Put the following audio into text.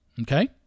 Okay